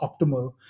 optimal